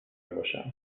باشم